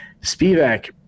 Spivak